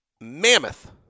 mammoth